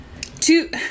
two